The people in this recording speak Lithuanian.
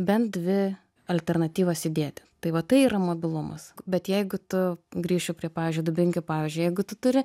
bent dvi alternatyvas įdėti tai va tai yra mobilumas bet jeigu tu grįšiu prie pavyzdžiui dubingių pavyzdžiui jeigu tu turi